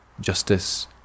justice